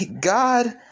God